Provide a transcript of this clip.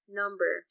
number